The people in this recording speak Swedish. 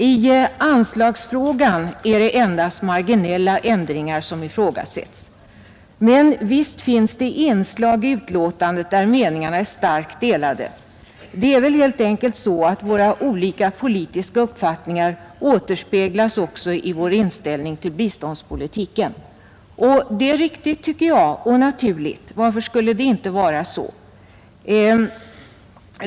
I anslagsfrågan är det endast marginella ändringar som ifrågasättes. Men visst finns det inslag i betänkandet, där meningarna är starkt delade. Det är väl helt enkelt så att våra olika politiska uppfattningar återspeglas också i vår inställning till biståndspolitiken. Och det är riktigt och naturligt, tycker jag. Varför skulle det inte vara så?